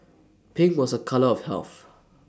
pink was A colour of health